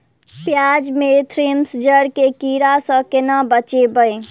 प्याज मे थ्रिप्स जड़ केँ कीड़ा सँ केना बचेबै?